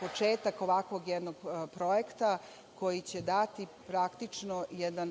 početak ovakvog jednog projekta koji će dati praktično